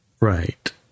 Right